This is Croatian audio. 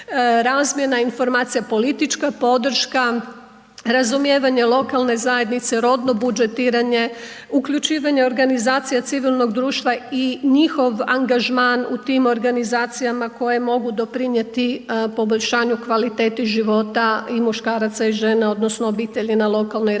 razmjena informacija, politička podrška, razumijevanje lokalne zajednice, rodno budžetiranje, uključivanje organizacija civilnog društva i njihov angažman u tim organizacijama koje mogu doprinijeti poboljšanju kvalitete života i muškaraca i žena odnosno obitelji na lokalnoj razini.